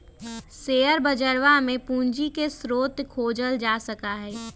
share बजरवा में भी पूंजी के स्रोत के खोजल जा सका हई